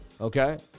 Okay